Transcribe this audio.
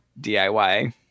DIY